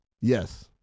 yes